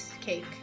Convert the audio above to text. cake